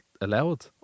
allowed